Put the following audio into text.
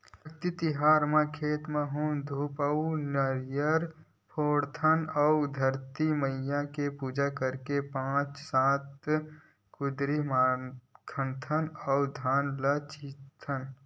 अक्ती तिहार म खेत म हूम धूप अउ नरियर फोड़थन अउ धरती मईया के पूजा करके पाँच सात कुदरी खनथे अउ धान ल छितथन